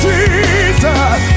Jesus